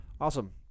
Awesome